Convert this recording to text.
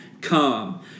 come